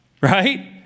right